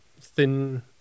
thin